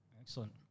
excellent